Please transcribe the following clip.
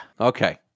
Okay